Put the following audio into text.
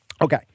okay